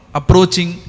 approaching